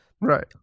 Right